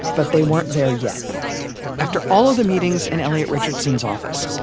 but they weren't there yet after all of the meetings in elliot richardson's office,